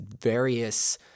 various